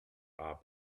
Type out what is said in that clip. are